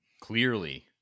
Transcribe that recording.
clearly